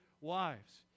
wives